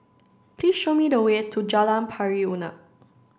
please show me the way to Jalan Pari Unak